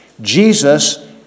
Jesus